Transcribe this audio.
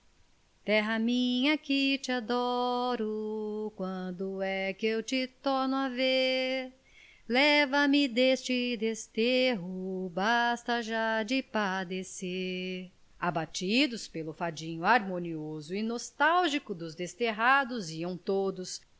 te adoro quando é que eu te torno a ver leva-me deste desterro basta já de padecer abatidos pelo fadinho harmonioso e nostálgico dos desterrados iam todos